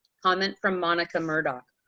comment from monica murdock.